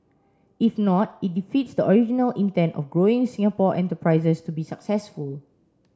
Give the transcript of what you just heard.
if not it defeats the original intent of growing Singapore enterprises to be successful